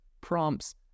prompts